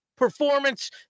performance